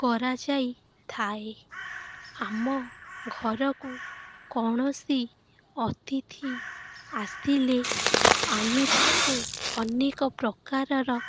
କରାଯାଇଥାଏ ଆମ ଘରକୁ କୌଣସି ଅତିଥି ଆସିଲେ ଆମେ ତାଙ୍କୁ ଅନେକ ପ୍ରକାରର